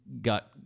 got